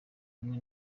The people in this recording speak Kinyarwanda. kumwe